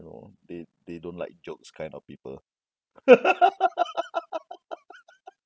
you know they they don't like jokes kind of people